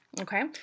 okay